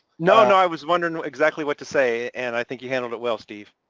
no, no, i was wondering exactly what to say and i think you handled it well, steve.